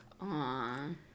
Aww